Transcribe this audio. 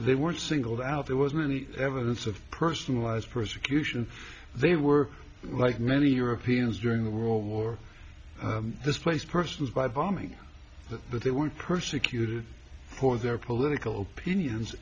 they weren't singled out there wasn't any evidence of personalized persecution they were like many europeans during the world war this place persons by bombing but they weren't persecuted for their political opinions